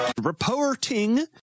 reporting